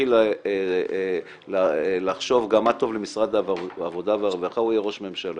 ויתחיל לחשוב גם מה טוב למשרד העבודה והרווחה הוא יהיה ראש ממשלה.